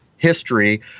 history